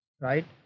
Right